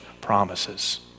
promises